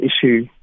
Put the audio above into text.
issue